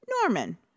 Norman